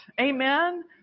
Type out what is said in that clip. Amen